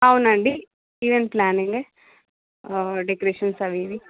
అవునండి ఈవెంట్ ప్లానింగే డెకరేషన్స్ అవి ఇవి